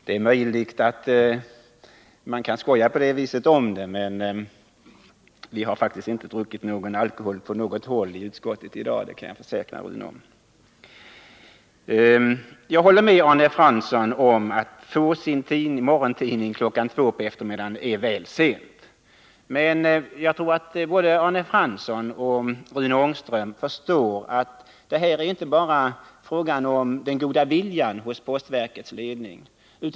Det är möjligt att man kan skoja på det viset, men vi har faktiskt inte druckit någon alkohol på något håll i utskottet i dag — det kan jag försäkra Rune Ångström. Jag håller med Arne Fransson om att det är väl sent att få sin morgontidning kl. 2 på eftermiddagen. Men jag tror att både Arne Fransson och Rune Ångström förstår att det inte bara är fråga om den goda viljan hos postverkets ledning.